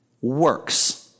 works